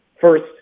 first